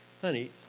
honey